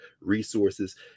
resources